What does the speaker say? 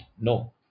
No